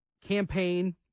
campaign